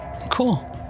cool